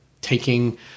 taking